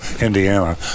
Indiana